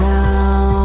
now